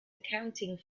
accounting